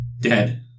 Dead